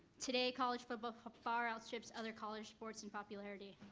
today, college football far outstrips other college sports in popularity.